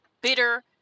bitter